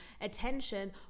attention